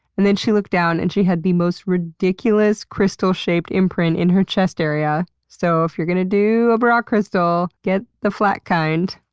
and then she looked down and she had the most ridiculous crystal-shaped imprint in her chest area. so, if you're going to do a bra crystal get the flat kind.